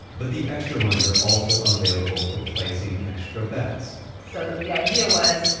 but the extra lines are also available for placing extra bets so the idea was,